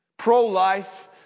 Pro-life